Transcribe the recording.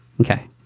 Okay